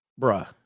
bruh